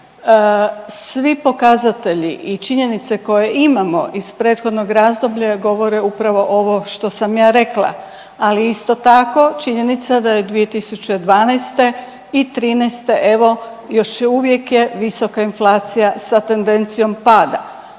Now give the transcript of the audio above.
Svi pokazatelji i činjenice koje imamo iz prethodnog razdoblja govore upravo ovo što sam ja rekla, ali isto tako činjenica je da je 2012. i trinaeste evo još uvijek je visoka inflacija sa tendencijom pada.